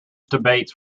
debates